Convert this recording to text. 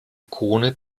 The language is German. ikone